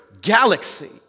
galaxy